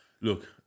Look